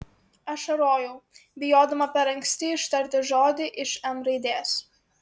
ašarojau bijodama per anksti ištarti žodį iš m raidės